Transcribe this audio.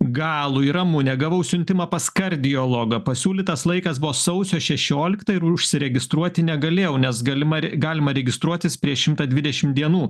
galui ramunė gavau siuntimą pas kardiologą pasiūlytas laikas buvo sausio šešiolikta ir užsiregistruoti negalėjau nes galima galima registruotis prieš šimtą dvidešim dienų